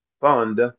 fund